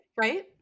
right